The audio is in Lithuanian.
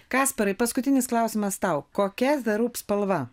kasparai paskutinis klausimas tau kokia the roop spalva